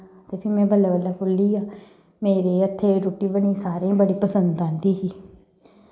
उत्थै फ्ही बल्लैं बल्लैं खु'ल्लिया मेरे हत्थे दी बनी दी रुट्टी सारें गी बड़ी पसंद आंदी ही